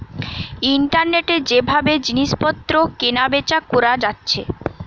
ইন্টারনেটে যে ভাবে জিনিস পত্র কেনা বেচা কোরা যাচ্ছে